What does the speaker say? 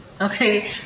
Okay